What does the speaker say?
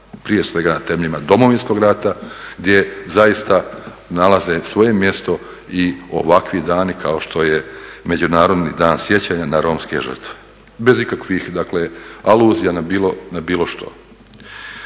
prije svega na temeljima Domovinskog rata gdje zaista nalaze svoje mjesto i ovakvi dani kao što je Međunarodni dan sjećanja na romske žrtve, bez ikakvih dakle aluzija na bilo što.